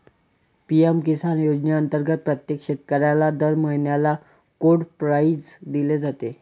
PM Kisan योजनेअंतर्गत प्रत्येक शेतकऱ्याला दर महिन्याला कोड प्राईज दिली जाते